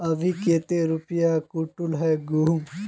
अभी कते रुपया कुंटल है गहुम?